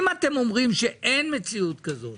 אם אתם שאין מציאות כזאת